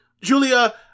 Julia